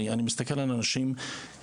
אני מסתכל על אנשים,